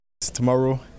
Tomorrow